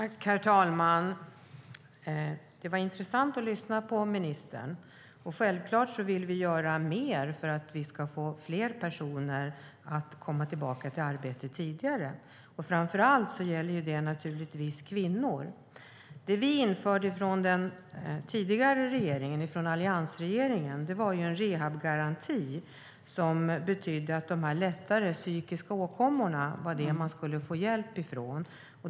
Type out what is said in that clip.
Herr talman! Det var intressant att lyssna till ministern. Självklart vill vi göra mer för att få fler att komma tillbaka till arbetet tidigare. Framför allt gäller det kvinnor. Vad den tidigare regeringen, alliansregeringen, införde var en rehabgaranti som betydde att de lättare psykiska åkommorna var det man skulle få hjälp från.